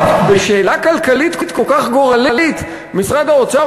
בשאלה כלכלית כל כך גורלית משרד האוצר